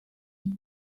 nka